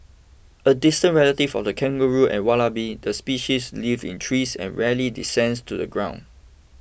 a distant relative of the kangaroo and wallaby the species lives in trees and rarely descends to the ground